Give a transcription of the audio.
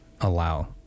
allow